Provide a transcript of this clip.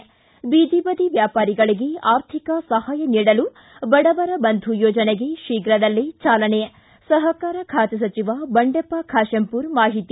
ಿ ಬೀದಿ ಬದಿ ವ್ಯಾಪಾರಿಗಳಿಗೆ ಆರ್ಥಿಕ ಸಹಾಯ ನೀಡಲು ಬಡವರ ಬಂಧು ಯೋಜನೆಗೆ ಶೀಘ್ರದಲ್ಲೇ ಚಾಲನೆ ಸಹಕಾರ ಖಾತೆ ಸಚಿವ ಬಂಡೆಪ್ಪ ಖಾತೆಂಪೂರ ಮಾಹಿತಿ